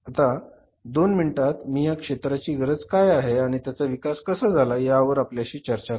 आता दोन मिनिटात मी ह्या क्षेत्राची गरज काय आहे आणि त्याचा विकास कसा झाला यावर आपल्याशी चर्चा करतो